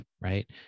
right